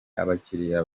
abakiriya